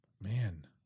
Man